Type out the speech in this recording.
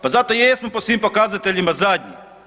Pa zato i jesmo po svim pokazateljima zadnji.